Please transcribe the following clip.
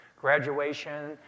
graduation